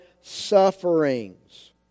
sufferings